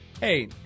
Hey